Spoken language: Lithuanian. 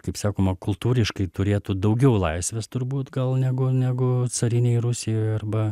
kaip sakoma kultūriškai turėtų daugiau laisvės turbūt gal negu negu carinėj rusijoj arba